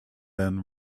then